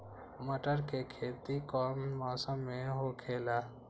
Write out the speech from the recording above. मटर के खेती कौन मौसम में होखेला?